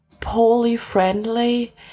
poly-friendly